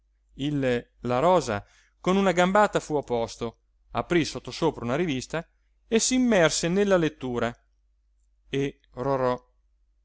il la rosa con una gambata fu a posto aprí sottosopra una rivista e s'immerse nella lettura e rorò